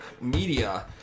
media